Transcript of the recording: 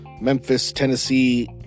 Memphis-Tennessee